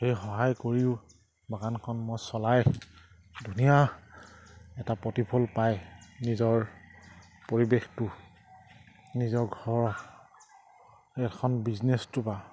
সেই সহায় কৰিও বাগানখন মই চলাই ধুনীয়া এটা প্ৰতিফল পায় নিজৰ পৰিৱেশটো নিজৰ ঘৰ এখন বিজনেছটো পৰা